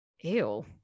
ew